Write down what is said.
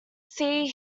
see